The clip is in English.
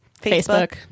Facebook